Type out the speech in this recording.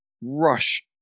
rush